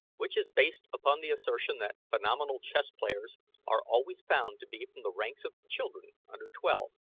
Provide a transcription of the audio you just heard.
which is based upon the assertion that phenomenal chess players are always found to be from the ranks of children under twelve,